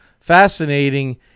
fascinating